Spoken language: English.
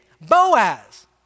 Boaz